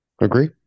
Agree